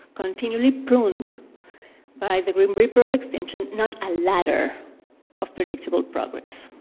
continually pruned by the grim reaper of extinction, not a ladder of predictable progress.